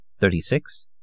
Thirty-six